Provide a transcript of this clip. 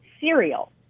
cereal